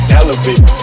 elevate